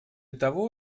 того